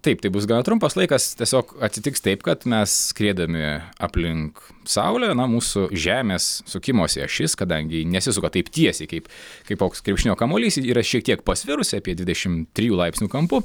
taip tai bus gana trumpas laikas tiesiog atsitiks taip kad mes skriedami aplink saulę na mūsų žemės sukimosi ašis kadangi ji nesisuka taip tiesiai kaip kaip koks krepšinio kamuolys ji yra šiek tiek pasvirusi apie dvidešim trijų laipsnių kampu